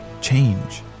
change